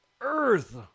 earth